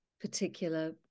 particular